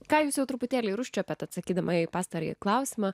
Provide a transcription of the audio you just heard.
ką jūs jau truputėlį ir užčiuopėte atsakydama į pastarąjį klausimą